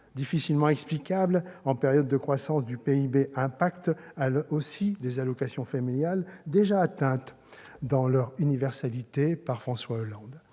difficilement explicable en période de croissance du PIB, impacte aussi les allocations familiales déjà atteintes dans leur « universalité » par François Hollande.